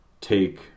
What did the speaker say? take